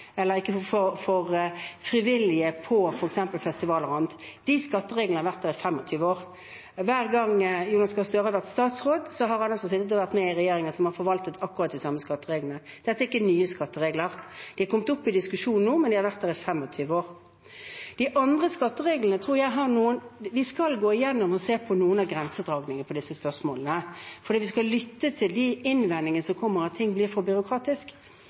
eller er det ikke noen grunn til å ta tak i dette? Finansministeren svarte utførlig på en del av disse spørsmålene i sitt replikkordskifte. La meg slå fast én ting, som jeg også etter det replikkordskiftet hørte at Arbeiderpartiets finanspolitiske talskvinne gjentok, nemlig at vi hadde innført nye skatteregler for frivillige på f.eks. festivaler og annet. De skattereglene har vært der i 25 år. Hver gang Jonas Gahr Støre har vært statsråd, har han altså sittet i regjeringer som har forvaltet akkurat de samme skattereglene. Dette er ikke nye skatteregler. De har kommet opp i diskusjonen nå, men de har vært der i 25 år. De andre skattereglene tror